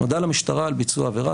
נודע למשטרה על ביצוע עבירה,